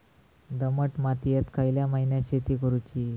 दमट मातयेत खयल्या महिन्यात शेती करुची?